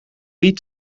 wiet